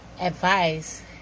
advice